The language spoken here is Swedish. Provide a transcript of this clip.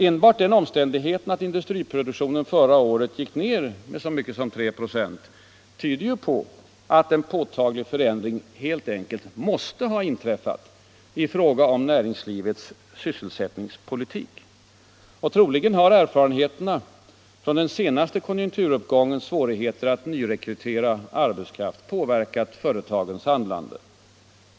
Enbart den omständigheten att industriproduktionen förra året gick ned med så mycket som 3 96 tyder ju på att en påtaglig förändring helt enkelt måste ha inträffat i fråga om näringslivets sysselsättningspolitik. Troligen har erfarenheterna från den senaste konjunkturuppgångens svårigheter att nyrekrytera arbetskraft påverkat företagens handlande.